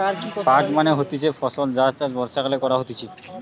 পাট মানে হতিছে ফসল যার চাষ বর্ষাকালে করা হতিছে